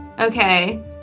Okay